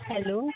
hello